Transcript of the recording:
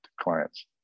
clients